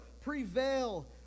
prevail